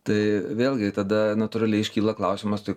tai vėlgi tada natūraliai iškyla klausimas tai